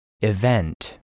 Event